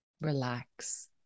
relax